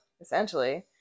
essentially